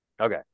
Okay